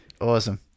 Awesome